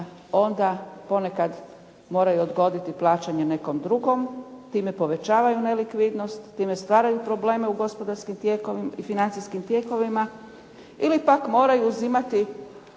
onda ponekad moraju odgoditi plaćanje nekom drugom. Time povećavaju nelikvidnost, time stvaraju probleme u gospodarskim i financijskim tijekovima, ili pak moraju uzimati